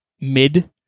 mid